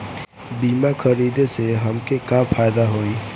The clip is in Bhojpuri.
बीमा खरीदे से हमके का फायदा होई?